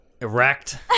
erect